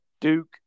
Duke